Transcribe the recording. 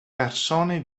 persone